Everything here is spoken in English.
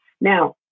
Now